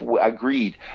agreed